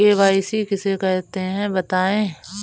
KYC किसे कहते हैं बताएँ?